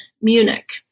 Munich